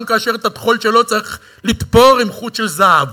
גם כאשר את הטחול שלו צריך לתפור עם חוט של זהב.